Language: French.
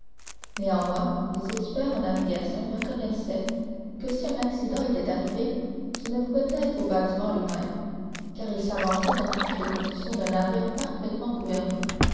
néanmoins les experts en navigation reconnaissaient que si un accident était arrivé ce ne pouvait être au bâtiment lui-même car il s'avançait dans toutes les conditions d'un navire parfaitement gouverné